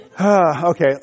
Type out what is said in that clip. Okay